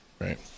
Right